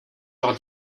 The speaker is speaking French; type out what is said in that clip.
leurs